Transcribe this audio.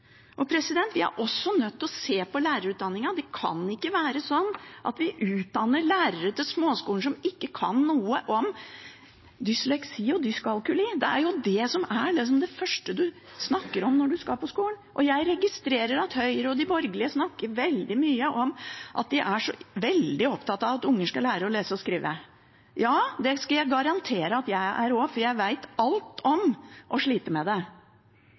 Vi er også nødt til å se på lærerutdanningen. Det kan ikke være sånn at vi utdanner småskolelærere som ikke kan noe om dysleksi og dyskalkuli. Det er jo det første man snakker om når man skal på skolen. Jeg registrerer at Høyre og de borgerlige snakker veldig mye om at de er så opptatt av at barn skal lære å lese og skrive. Ja, det skal jeg garantere at jeg er også, for jeg vet alt om å slite med det,